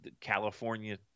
california